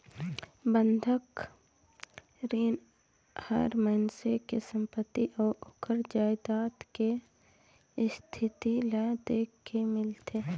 बंधक रीन हर मइनसे के संपति अउ ओखर जायदाद के इस्थिति ल देख के मिलथे